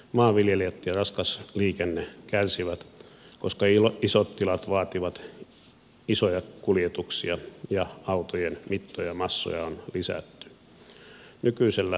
maanviljelijät ja raskas liikenne kärsivät koska isot tilat vaativat isoja kuljetuksia ja autojen mittoja ja massoja on lisätty